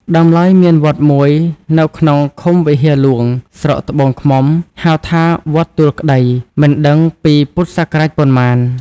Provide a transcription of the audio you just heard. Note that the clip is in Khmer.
ដើមឡើយ មានវត្តមួយនៅក្នុងឃុំវិហារហ្លួង ស្រុកត្បូងឃ្មុំ ហៅថា “វត្តទួលក្ដី” (មិនដឹងពីពុទ្ធសករាជប៉ុន្មាន) ។